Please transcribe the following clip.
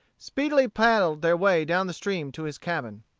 speedily paddled their way down the stream to his cabin.